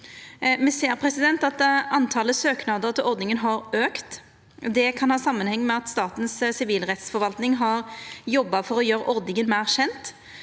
Me ser at antalet søknader til ordninga har auka. Det kan ha samanheng med at Statens sivilrettsforvaltning har jobba for å gjera ordninga meir kjend.